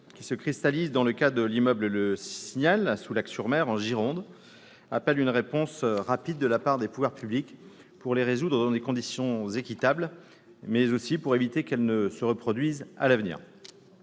dont est emblématique l'immeuble Le Signal, à Soulac-sur-Mer, en Gironde, appelle une réponse rapide de la part des pouvoirs publics, pour les résoudre dans des conditions équitables, mais aussi pour éviter qu'elles ne se reproduisent à l'avenir.